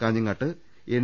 കാഞ്ഞങ്ങാട്ട് എൻ